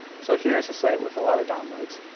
so here's a site with a lot of downloads.